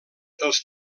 els